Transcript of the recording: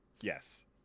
Yes